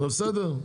בסדר.